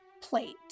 plate